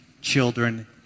children